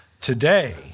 today